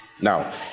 now